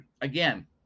again